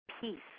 peace